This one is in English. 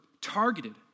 targeted